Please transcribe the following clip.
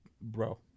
bro